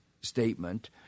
statement